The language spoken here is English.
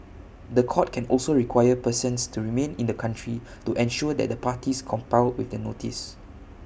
The Court can also require persons to remain in the country to ensure that the parties comply with the notice